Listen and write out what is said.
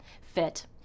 fit